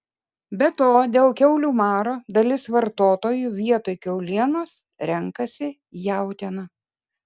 be to dėl kiaulių maro dalis vartotojų vietoj kiaulienos renkasi jautieną